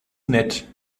nett